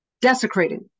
desecrating